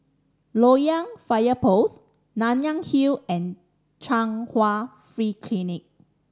Loyang Fire Post Nanyang Hill and Chung Hwa Free Clinic